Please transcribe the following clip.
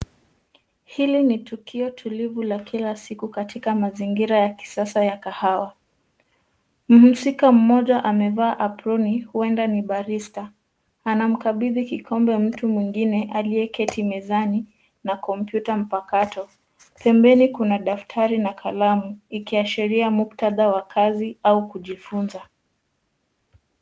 Hili ni tukio tulivu la kila siku katika mazingira ya kisasa ya kahawa. Mhusika mmoja amevaa aproni, huenda ni barista. Ana mkabidhi kikombe mtu mwingine aliye keti mezani na kompyuta mpakato. Pembeni kuna daftari na kalamu, ikiaashiria muktadha wa kazi au kujifunza.